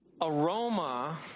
Aroma